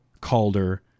Calder